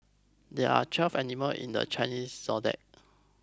there are twelve animal in the Chinese zodiac